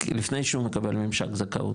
לפני שהוא מקבל ממשק זכאות,